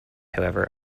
however